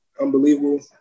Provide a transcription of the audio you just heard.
unbelievable